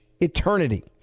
eternity